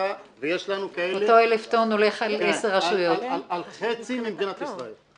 יש לנו כאלה על חצי מדינת ישראל.